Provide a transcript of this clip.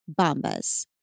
Bombas